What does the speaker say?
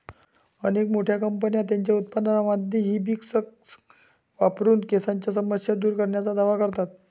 अनेक मोठ्या कंपन्या त्यांच्या उत्पादनांमध्ये हिबिस्कस वापरून केसांच्या समस्या दूर करण्याचा दावा करतात